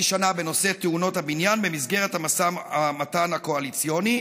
שנה בנושא תאונות הבניין במסגרת המשא ומתן הקואליציוני,